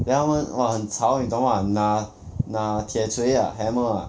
then 他们 !wah! 很吵你懂 mah 拿拿铁锤 ah hammer ah